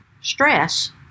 stress